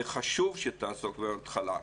וחשוב שתעסוק בהן מההתחלה.